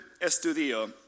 Estudio